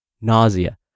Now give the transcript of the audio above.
nausea